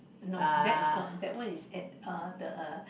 no that is not that one is at uh the